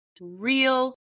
real